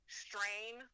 strain